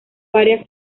varias